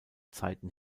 zeiten